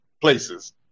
places